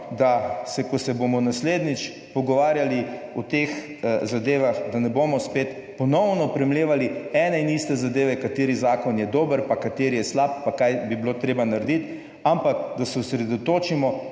da se, ko se bomo naslednjič pogovarjali o teh zadevah, da ne bomo spet ponovno premlevali ene in iste zadeve, kateri zakon je dober, pa kateri je slab, pa kaj bi bilo treba narediti, ampak da se osredotočimo